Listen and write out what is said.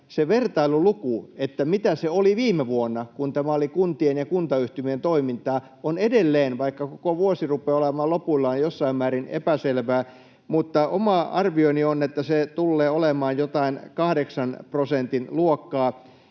se vertailuluku, mitä se oli viime vuonna, kun tämä oli kuntien ja kuntayhtymien toimintaa, on edelleen, vaikka koko vuosi rupeaa olemaan lopuillaan, ja on jossain määrin epäselvää, mutta oma arvioni on, että se tullee olemaan jotain kahdeksan prosentin luokkaa.